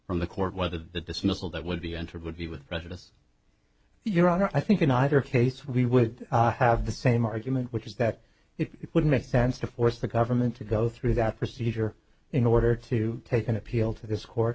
from the court whether the dismissal that would be entered would be with prejudice your honor i think in either case we would have the same argument which is that it would make sense to force the government to go through that procedure in order to take an appeal to this court